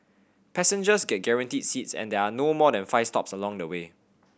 passengers get guaranteed seats and there are no more than five stops along the way